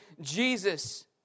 Jesus